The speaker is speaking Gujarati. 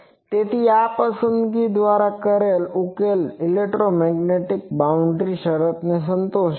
તેથી આ પસંદગી દ્વારા કરેલ ઉકેલ ઇલેક્ટ્રોમેગ્નેટિકelectromagneticવિદ્યુતચુંબકીય બાઉન્ડ્રી શરતને સંતોષે છે